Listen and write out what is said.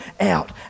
out